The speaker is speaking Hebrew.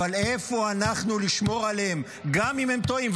אבל איפה אנחנו לשמור עליהם גם אם הם טועים?